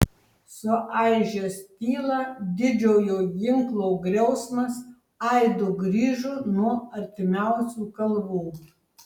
suaižęs tylą didžiojo ginklo griausmas aidu grįžo nuo artimiausių kalvų